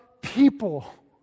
people